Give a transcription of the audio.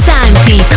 Santi